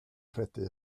credu